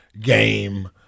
game